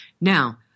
Now